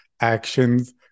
actions